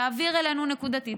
תעביר אלינו נקודתית,